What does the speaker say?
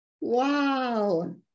Wow